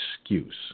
excuse